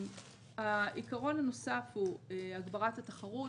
העיקרון הנוסף הוא הגברת התחרות.